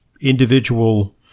individual